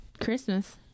Christmas